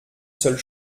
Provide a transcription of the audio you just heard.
seule